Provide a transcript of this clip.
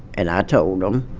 and i told them.